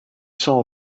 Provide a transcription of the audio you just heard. saw